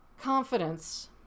confidence